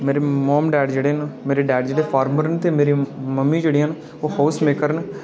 मोम डेड जेह्ड़े न मेरे डैड जेह्ड़े न ओह् फारमर न ते मम्मी जेह्डियां न हाउस मेकर न